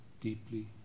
deeply